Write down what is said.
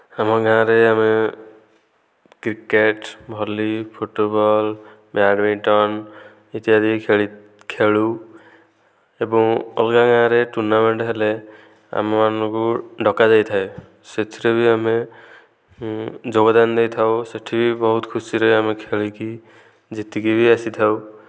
ଆମ ଗାଁରେ ଆମେ କ୍ରିକେଟ୍ ଭଲି ଫୁଟୁବଲ୍ ବ୍ୟାଡମିଣ୍ଟନ୍ ଇତ୍ୟାଦି ଖେଳି ଖେଳୁ ଏବଂ ଅଲଗା ଗାଁରେ ଟୁର୍ଣ୍ଣାମେଣ୍ଟ ହେଲେ ଆମମାନଙ୍କୁ ଡକାଯାଇଥାଏ ସେଥିରେ ବି ଆମେ ଯୋଗଦାନ ଦେଇଥାଉ ସେହିଠି ବହୁତ ଖୁସିରେ ଆମେ ଖେଳିକି ଜିତିକି ବି ଆସିଥାଉ